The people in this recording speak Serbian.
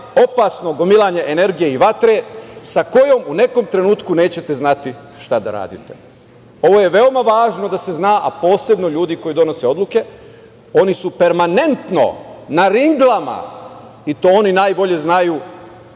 opasno gomilanje energije i vatre sa kojom u nekom trenutku nećete znati šta da radite. Ovo je veoma važno da se zna, a posebno ljudi koji donose odluke. Oni su permanentno na ringlama i to oni najbolje znaju